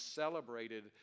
celebrated